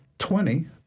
Twenty